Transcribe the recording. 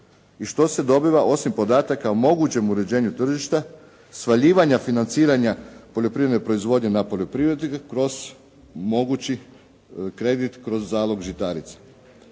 i što se dobiva osim podataka o mogućem uređenju tržišta, svaljivanja financiranja poljoprivredne proizvodnje na poljoprivrednike kroz mogući kredit kroz zalog žitarica?